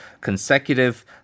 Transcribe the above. consecutive